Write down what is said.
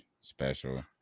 special